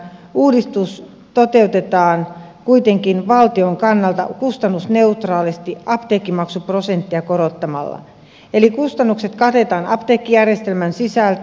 uudistus toteutetaan kuitenkin valtion kannalta kustannusneutraalisti apteekkimaksuprosentteja korottamalla eli kustannukset katetaan apteekkijärjestelmän sisältä